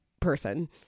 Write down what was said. person